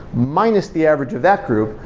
minus the average of that group,